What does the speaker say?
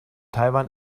taiwan